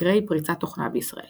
מקרי פריצת תוכנה בישראל